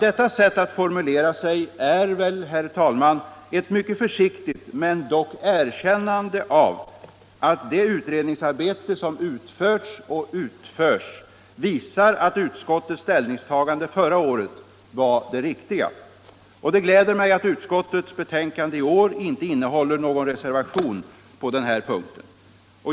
Detta sätt att formulera sig innebär ett mycket försiktigt men dock erkännande av att det utredningsarbete som har utförts och utförs visar att utskottets ställningstagande förra året var riktigt. Det glädjer mig att utskottets betänkande i år inte innehåller någon reservation på denna punkt.